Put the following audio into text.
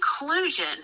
Inclusion